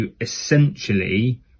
essentially